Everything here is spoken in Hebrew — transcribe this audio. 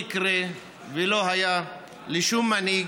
לא יקרה ולא היה לשום מנהיג